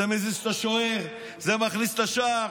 זה מזיז את השוער, זה מכניס לשער,